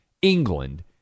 england